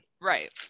Right